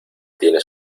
tiene